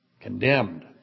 Condemned